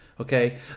Okay